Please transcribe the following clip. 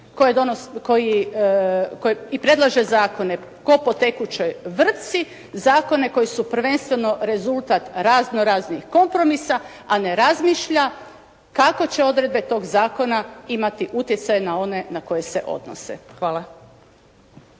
zakone, i predlaže zakona, kao po tekućoj vrpci, zakone koji su prvenstveno rezultat razno raznih kompromisa, a ne razmišlja kako će odredbe toga zakona imati utjecaj na one na koje se odnose. Hvala.